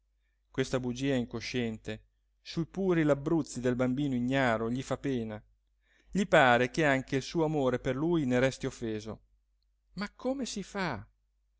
questa bugia incosciente sui puri labbruzzi del bambino ignaro gli fa pena gli pare che anche il suo amore per lui ne resti offeso ma come si fa